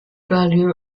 value